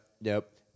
nope